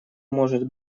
может